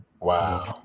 wow